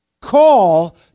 Call